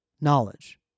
knowledge